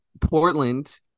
Portland